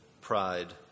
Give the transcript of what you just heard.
pride